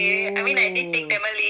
oh